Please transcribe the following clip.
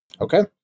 Okay